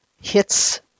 hits